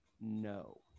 no